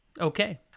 Okay